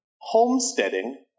Homesteading